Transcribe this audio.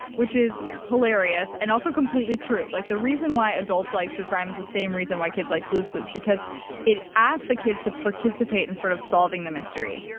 which is hilarious and also completely true. like, the reason why adults like true crime is the same reason why kids like blue's clues because it asks the kids to participate in sort of solving the mystery.